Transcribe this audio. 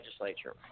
legislature